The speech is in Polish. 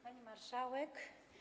Pani Marszałek!